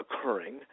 occurring